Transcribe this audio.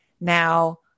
Now